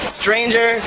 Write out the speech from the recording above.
stranger